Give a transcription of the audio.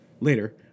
later